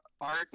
art